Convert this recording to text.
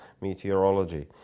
Meteorology